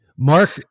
Mark